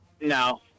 No